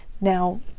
now